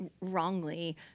wrongly